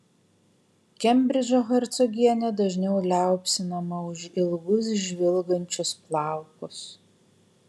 kembridžo hercogienė dažniau liaupsinama už ilgus žvilgančius plaukus